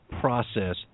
process